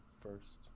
first